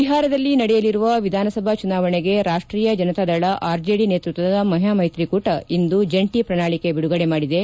ಬಿಹಾರದಲ್ಲಿ ನಡೆಯಲಿರುವ ವಿಧಾನಸಭಾ ಚುನಾವಣೆಗೆ ರಾಷ್ಟೀಯ ಜನತಾದಳ ಆರ್ಜೆಡಿ ನೇತೃತ್ವದ ಮಹಾಮ್ಮೆಪ್ರಿಕೂಟ ಇಂದು ಜಂಟಿ ಪ್ರಣಾಳಿಕೆ ಬಿಡುಗಡೆ ಮಾಡಿದೆ